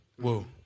Whoa